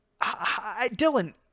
Dylan